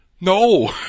No